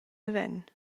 naven